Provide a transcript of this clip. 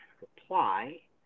reply